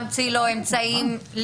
אז גם ככה צריכים להמציא לו אמצעים להתקשר